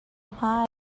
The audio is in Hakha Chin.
hmai